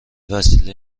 وسیله